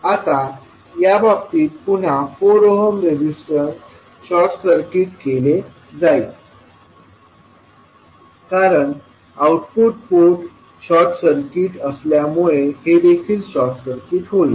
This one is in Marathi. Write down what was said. आता या बाबतीत पुन्हा 4 ओहम रेजिस्टर शॉर्ट सर्किट केले जाईल कारण आउटपुट पोर्ट शॉर्ट सर्किट असल्यामुळे हे देखील शॉर्ट सर्किट होईल